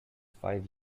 five